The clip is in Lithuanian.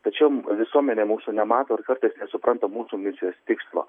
tačiau visuomenė mūsų nemato ir kartais nesupranta mūsų misijos tikslo